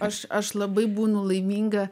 aš aš labai būnu laiminga